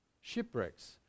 shipwrecks